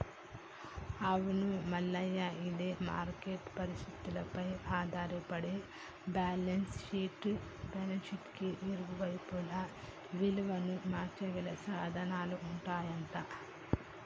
అవును మల్లయ్య ఇది మార్కెట్ పరిస్థితులపై ఆధారపడి బ్యాలెన్స్ షీట్ కి ఇరువైపులా విలువను మార్చగల సాధనాలు ఉంటాయంట